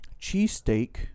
cheesesteak